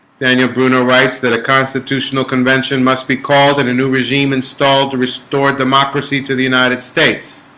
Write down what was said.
daniel brunner writes that a constitutional convention must be called in a new regime installed to restore democracy to the united states